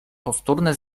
powtórne